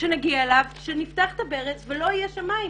שנגיע אליו שנפתח את הברז ולא יהיו בו מים.